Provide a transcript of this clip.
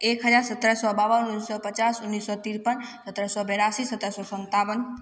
एक हजार सतरह सओ बावन उनैस सओ पचास उनैस सओ तिरपन सतरह सओ बेरासी सतरह सओ सनतावन